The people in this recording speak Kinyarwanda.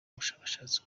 ubushakashatsi